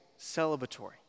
celebratory